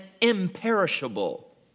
imperishable